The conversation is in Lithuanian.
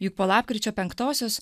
juk po lapkričio penktosios